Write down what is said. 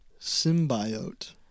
Symbiote